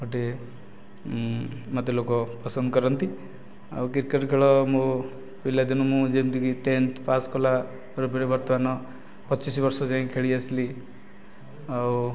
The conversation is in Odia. ଗୋଟେ ମୋତେ ଲୋକ ପସନ୍ଦ କରନ୍ତି ଆଉ କ୍ରିକେଟ ଖେଳ ମୁଁ ପିଲା ଦିନୁ ମୁଁ ଯେମିତିକି ଟେନ୍ତ ପାସ କଲାପରେ ପରେ ବର୍ତ୍ତମାନ ପଚିଶ ବର୍ଷ ଯାଏ ଖେଳି ଆସିଲି ଆଉ